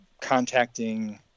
contacting